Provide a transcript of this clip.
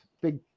big